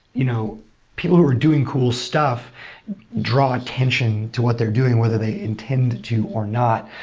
you know people who are doing cool stuff draw attention to what they're doing whether they intend to or not.